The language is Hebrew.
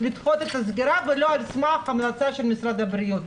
לדחות את הסגירה ולא על סמך המלצה של משרד הבריאות.